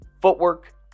footwork